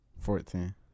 Fourteen